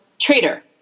traitor